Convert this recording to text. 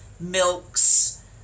milks